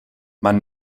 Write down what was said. man